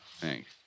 thanks